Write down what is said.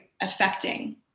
affecting